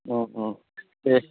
অঁ অঁ এই